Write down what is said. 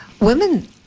Women